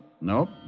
Nope